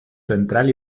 central